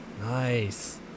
nice